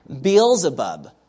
Beelzebub